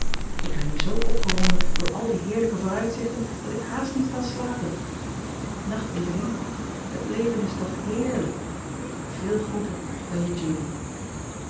k ben nu zoo opgewonden door al die heerlijke vooruitzichten dat ik haast niet kan slapen acht ieveling et leven is toch heerlijk eel groeten van e udy